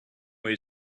way